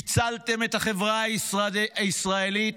פיצלתם את החברה הישראלית,